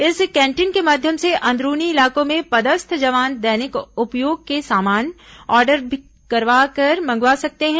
इस कैंटीन के माध्यम से अंदरूनी इलाकों में पदस्थ जवान दैनिक उपयोग के सामान ऑडर कर मंगवा सकते हैं